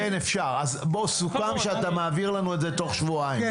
רק נסכם שאתה מעביר לנו את זה תוך שבועיים.